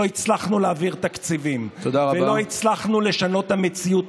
לא הצלחנו להעביר תקציבים ולא הצלחנו לשנות את המציאות,